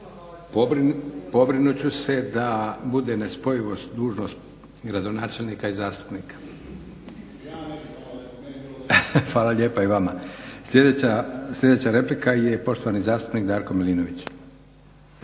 Pobrinut ću se da bude nespojivo s dužnosti gradonačelnika i zastupnika. …/Upadica Šuker, ne razumije se./… Hvala lijepa i vama. Sljedeća replika je poštovani zastupnik Darko Milinović.